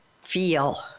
feel